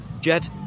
Jet